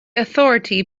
authority